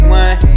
one